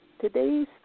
today's